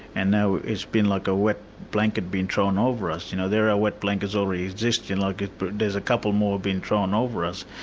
and now it's been like a wet blanket been thrown over us, you know, there are wet blankets already existing, like and but there's a couple more being thrown over us.